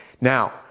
Now